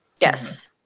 Yes